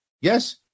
Yes